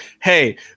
hey